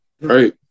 right